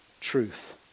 truth